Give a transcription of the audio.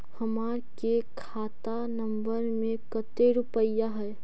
हमार के खाता नंबर में कते रूपैया है?